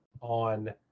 on